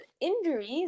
injuries